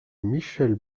michèle